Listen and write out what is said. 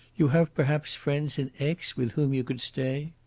you have, perhaps, friends in aix with whom you could stay?